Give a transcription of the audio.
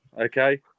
Okay